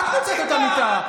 את מוצאת אותם איתך.